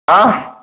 हा